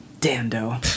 Dando